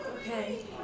Okay